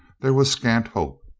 there was scant hope.